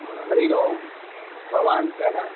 हरिः ओम् भवान् कः